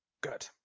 Good